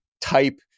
type